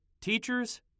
teachers